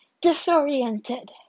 disoriented